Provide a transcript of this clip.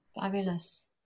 Fabulous